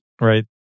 right